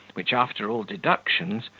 which, after all deductions,